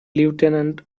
lieutenant